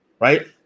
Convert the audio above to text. right